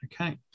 Okay